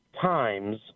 times